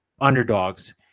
underdogs